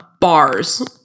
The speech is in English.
bars